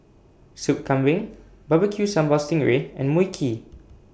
Soup Kambing Barbecue Sambal Sting Ray and Mui Kee